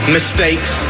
Mistakes